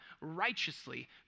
righteously